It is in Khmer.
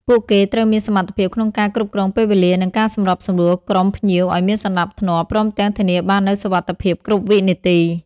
ពួកគេត្រូវមានសមត្ថភាពក្នុងការគ្រប់គ្រងពេលវេលា និងការសម្របសម្រួលក្រុមភ្ញៀវឱ្យមានសណ្តាប់ធ្នាប់ ព្រមទាំងធានាបាននូវសុវត្ថិភាពគ្រប់វិនាទី។